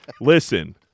Listen